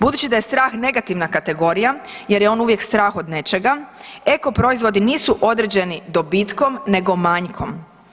Budući da je strah negativna kategorija jer je on uvijek strah od nečega, eko proizvodi nisu određeno dobitkom nego manjkom.